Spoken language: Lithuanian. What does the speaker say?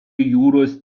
jūros